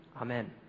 Amen